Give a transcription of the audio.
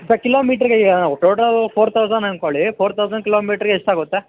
sir ಕಿಲೋಮೀಟರ್ಗೆ total four thousand ಅನ್ಕೊಳ್ಳಿ four thousand ಕಿಲೋಮೀಟರ್ಗೆ ಎಷ್ಟಾಗುತ್ತೆ